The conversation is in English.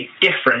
different